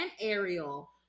ariel